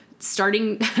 starting